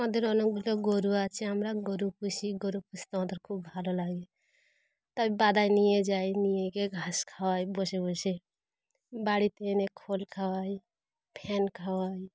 আমাদের অনেকগুলো গরু আছে আমরা গরু পুষি গরু পুষতে আমাদের খুব ভালো লাগে তাই বাদায় নিয়ে যাই নিয়ে গিয়ে ঘাস খাওয়াই বসে বসে বাড়িতে এনে খোল খাওয়াই ফ্যান খাওয়াই